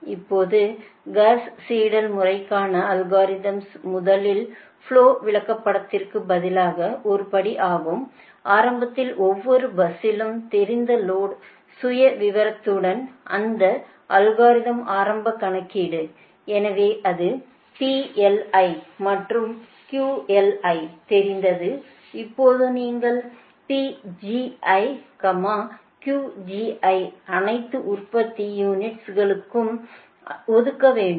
இப்போது Gauss Seidel முறைக்கான algorithms முதலில் ஃப்ளோ விளக்கப்படத்திற்குப் பதிலாக ஒரு படி ஆகும் ஆரம்பத்தில் ஒவ்வொரு பஸ்சிலும் தெரிந்த லோடு சுயவிவரத்துடன் அந்த அல்காரிதம்ஸ் ஆரம்ப கணக்கீடு எனவே அது மற்றும் தெரிந்தது இப்போது நீங்கள் ஐ அனைத்து உற்பத்தி யூனிட்ஸ்களுக்கும் ஒதுக்க வேண்டும்